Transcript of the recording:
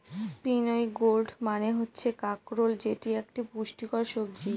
spiny gourd মানে হচ্ছে কাঁকরোল যেটি একটি পুষ্টিকর সবজি